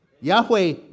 Yahweh